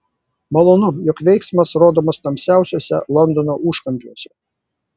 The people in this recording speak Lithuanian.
malonu jog veiksmas rodomas tamsiausiuose londono užkampiuose